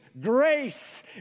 grace